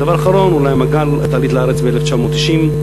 דבר אחרון, את עלית לארץ ב-1990.